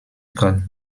called